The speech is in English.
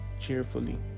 cheerfully